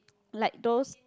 like those